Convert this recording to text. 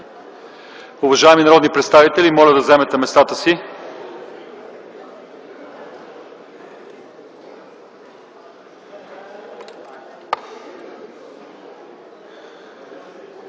Уважаеми народни представители, моля да заемете местата си.